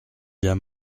bien